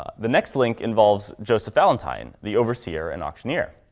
ah the next link involves joseph valentine, the overseer and auctioneer.